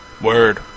Word